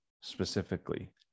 specifically